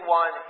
one